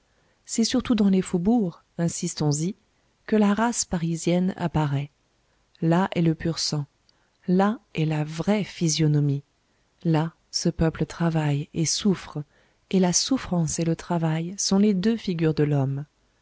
c'est surtout dans les faubourgs insistons y que la race parisienne apparaît là est le pur sang là est la vraie physionomie là ce peuple travaille et souffre et la souffrance et le travail sont les deux figures de l'homme